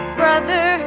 brother